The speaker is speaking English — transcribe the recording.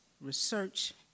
research